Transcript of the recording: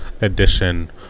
Edition